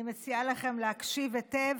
אני מציעה לכם להקשיב היטב,